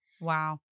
Wow